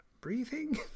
breathing